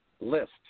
list